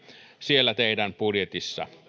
siellä teidän budjetissa